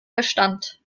verstand